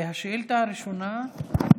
השאילתה הראשונה,